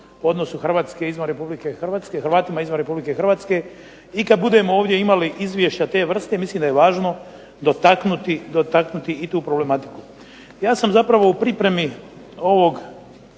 odnosu Hrvatske izvan Republike Hrvatske, Hrvatima izvan Republike Hrvatske i kad budemo ovdje imali izvješća te vrste mislim da je važno dotaknuti i tu problematiku. Ja sam zapravo u pripremi ovog